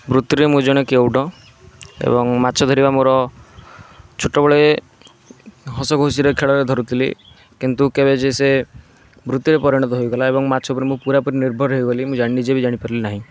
ବୃତ୍ତିରେ ମୁଁ ଜଣେ କେଉଟ ଏବଂ ମାଛଧରିବା ମୋର ଛୋଟବେଳେ ହସଖୁସିରେ ଖେଳରେ ଧରୁଥିଲି କିନ୍ତୁ କେବେ ଯେ ସେ ବୃତ୍ତିରେ ପରିଣତ ହୋଇଗଲା ଏବଂ ମାଛ ଉପରେ ମୁଁ ପୂରାପୂରି ନିର୍ଭର ହୋଇଗଲି ମୁଁ ନିଜେ ବି ଜାଣିପାରିଲିନାହିଁ